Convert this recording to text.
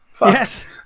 Yes